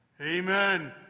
amen